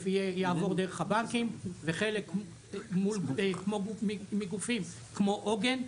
יעבור דרך הבנקים וחלק מגופים כמו עוגן,